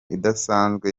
idasanzwe